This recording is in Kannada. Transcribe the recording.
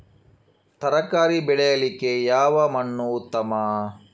ತರಕಾರಿ ಬೆಳೆಯಲಿಕ್ಕೆ ಯಾವ ಮಣ್ಣು ಉತ್ತಮ?